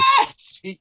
Yes